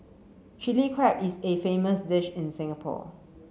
Chilli Crab is a famous dish in Singapore